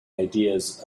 ideas